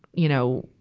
you know,